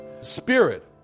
spirit